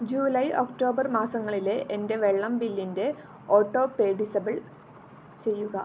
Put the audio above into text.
July October മാസങ്ങളിലെ എൻ്റെ വെള്ളം ബില്ലിൻ്റെ ഓട്ടോപേ ഡിസബിൾ ചെയ്യുക